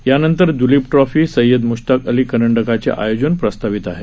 त्या नंतर द्लीप ट्रॉफी सय्यद म्श्ताक अली करंडकाचं आयोजन प्रस्तावित आहे